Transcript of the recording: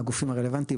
מהגופים הרלוונטיים,